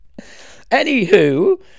anywho